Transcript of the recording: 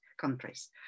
countries